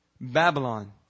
Babylon